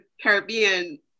Caribbean